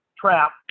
trap